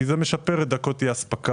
כי זה משפר את דקות אי-האספקה,